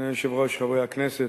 אדוני היושב-ראש, חברי הכנסת,